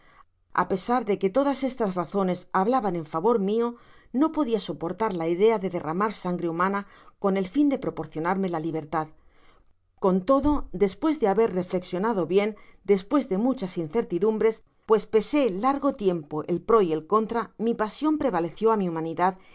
a pesar deque todas estas razones hablaban en favor mio no podia saportar la idea de derramar sangre humana con el fia de proporcionarme la libertad con todo despues de haber reflexionado bien despues de muchas incertidumbres pues pasé largo tiempo el pro y el contra mi pasion prevaleció á mi humanidad